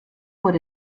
por